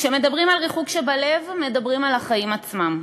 כשמדברים על ריחוק שבלב מדברים על החיים עצמם,